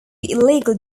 illegal